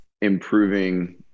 improving